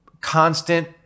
constant